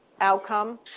outcome